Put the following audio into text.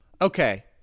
Okay